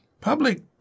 Public